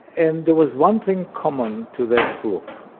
and there was one thing common to that group